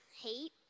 hate